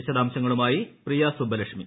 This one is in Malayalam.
വിശദാംശങ്ങളുമായി പ്രിയ സുബ്ബലക്ഷ്മി